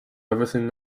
everything